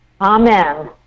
Amen